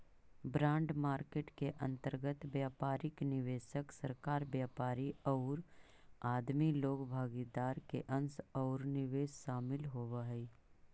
bond market के अंतर्गत व्यापारिक निवेशक, सरकार, व्यापारी औउर आदमी लोग भागीदार के अंश औउर निवेश शामिल होवऽ हई